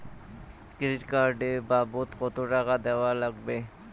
Credit card এর বাবদ কতো টাকা দেওয়া লাগবে?